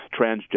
transgender